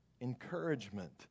encouragement